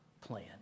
plan